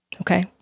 okay